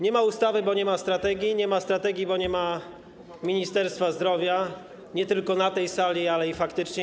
Nie ma ustawy, bo nie ma strategii, nie ma strategii, bo nie ma Ministerstwa Zdrowia, nie tylko na tej sali, ale i faktycznie.